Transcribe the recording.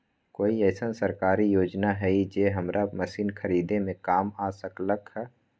कोइ अईसन सरकारी योजना हई जे हमरा मशीन खरीदे में काम आ सकलक ह?